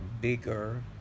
bigger